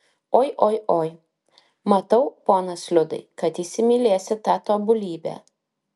oi oi oi matau ponas liudai kad įsimylėsi tą tobulybę